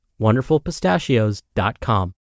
WonderfulPistachios.com